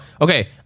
okay